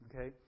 Okay